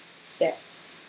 steps